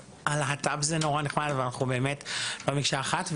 הלהט"ב זה נורא נחמד, אבל אנחנו באמת לא מקשה אחת.